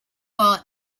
our